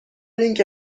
اینکه